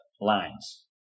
Lines